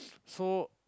so